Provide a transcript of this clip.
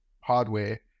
hardware